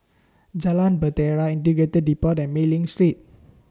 Jalan Bahtera Integrated Depot and Mei Ling Street